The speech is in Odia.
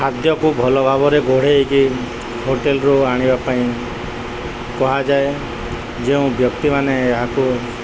ଖାଦ୍ୟକୁ ଭଲ ଭାବରେ ଘୋଡ଼େଇକି ହୋଟେଲରୁ ଆଣିବା ପାଇଁ କୁହାଯାଏ ଯେଉଁ ବ୍ୟକ୍ତିମାନେ ଏହାକୁ